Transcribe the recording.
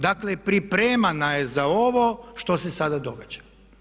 Dakle pripremana je za ovo što se sada događa.